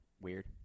weird